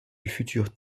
futur